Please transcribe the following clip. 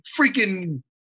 freaking